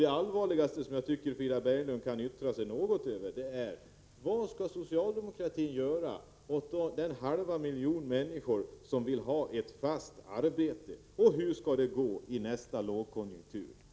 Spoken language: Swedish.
Den allvarligaste frågan — den kan Frida Berglund kanske besvara — är vad socialdemokratin skall göra för den halva miljon människor som vill ha ett fast arbete. Hur skall det gå i nästa lågkonjunktur?